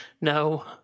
No